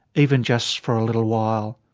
even just for a little while.